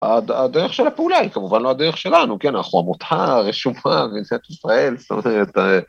‫הדרך של הפעולה היא כמובן ‫לא הדרך שלנו, כן? ‫אנחנו עמותה רשומה ‫בממשלת ישראל, זאת אומרת אה..